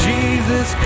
Jesus